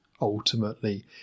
ultimately